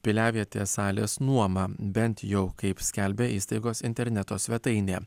piliavietės salės nuoma bent jau kaip skelbia įstaigos interneto svetainė